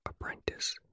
apprentice